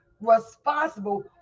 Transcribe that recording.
responsible